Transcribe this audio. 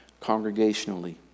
congregationally